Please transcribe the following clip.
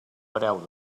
preu